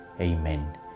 Amen